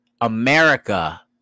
America